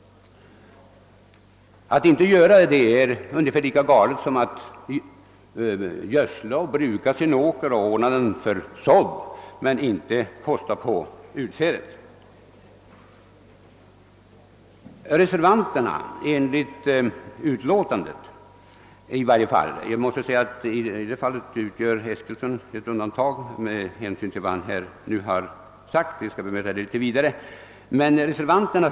Att inte göra det är ungefär lika obetänksamt som att först gödsla och bruka sin åker samt iordningsställa den för sådd men sedan inte kosta på utsädet. Herr Eskilsson skiljer sig faktiskt ge nom vad han nu sagt från de övriga reservanterna.